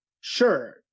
sure